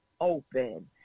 open